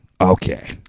okay